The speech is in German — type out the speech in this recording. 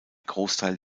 großteil